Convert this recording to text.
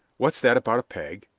what's that about a peg?